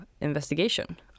investigation